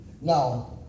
Now